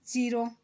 zero